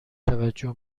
توجه